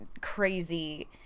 crazy